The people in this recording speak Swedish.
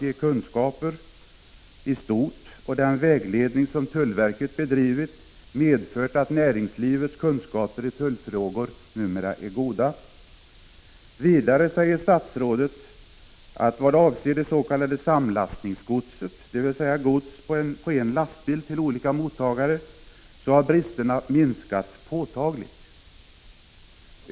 1985/86:49 att ge kunskaper i stort och den vägledning som tullverket bedrivit, medfört — 11 december 1985 att näringslivets kunskaper i tullfrågor numera är goda. Vidare säger Za oo HN statsrådet att vad avser det s.k. samlastningsgodset — dvs. gods på en lastbil till olika mottagare — har bristerna minskat påtagligt.